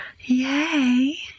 Yay